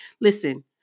listen